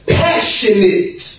passionate